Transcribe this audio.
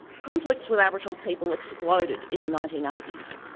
conflicts with aboriginal people exploded in the nineteen eighty s.